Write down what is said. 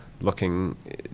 looking